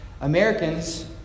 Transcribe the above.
Americans